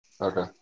Okay